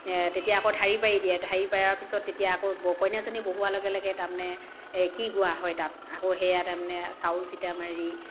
তেতিয়া আকৌ ঢাৰি পাৰি দিয়ে ঢাৰি পৰাৰ পিছত তেতিয়া আকৌ ব কইনাজনী বহোৱাৰ লগে লগে তাৰমানে কি গোৱা হয় তাত আকৌ সেয়া তাৰমানে চাউল চিটা মাৰি